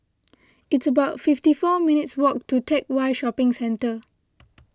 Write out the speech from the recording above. it's about fifty four minutes' walk to Teck Whye Shopping Centre